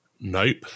Nope